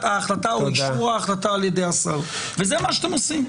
ההחלטה או אישור ההחלטה על ידי השר וזה מה שאתם עושים.